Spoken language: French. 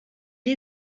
est